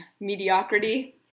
mediocrity